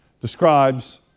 describes